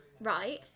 Right